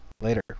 Later